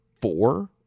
four